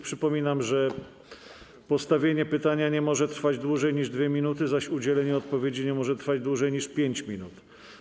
Przypominam, że postawienie pytania nie może trwać dłużej niż 2 minuty, zaś udzielenie odpowiedzi nie może trwać dłużej niż 5 minut.